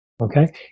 okay